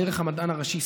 דרך המדען הראשי,